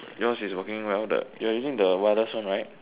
yours is working well you're using the wireless one right